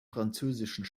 französischen